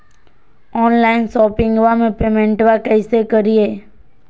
Online शोपिंगबा में पेमेंटबा कैसे करिए?